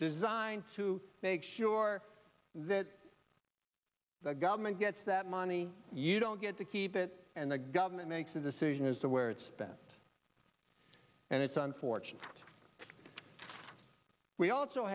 designed to make sure that the government gets that money you don't get to keep it and the government makes a decision as to where it's spent and it's unfortunate we also